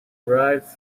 arrive